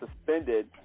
suspended